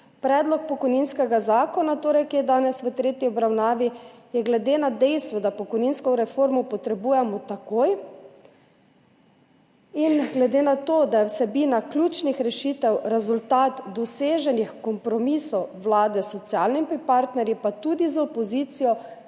Predlog pokojninskega zakona torej, ki je danes v tretji obravnavi, je glede na dejstvo, da pokojninsko reformo potrebujemo takoj, in glede na to, da je vsebina ključnih rešitev rezultat doseženih kompromisov vlade s socialnimi partnerji, pa tudi z opozicijo,